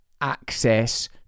access